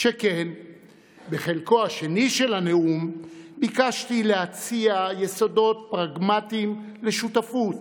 שכן בחלקו השני של הנאום ביקשתי להציע יסודות פרגמטיים לשותפות